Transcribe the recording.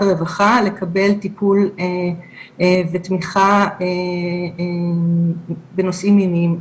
הרווחה לקבל טיפול ותמיכה בנושאים מיניים,